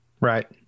right